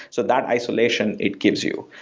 so that isolation, it gives you.